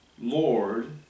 Lord